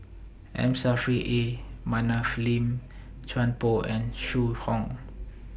M Saffri A Manaf Lim Chuan Poh and Zhu Hong